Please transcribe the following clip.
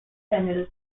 penalties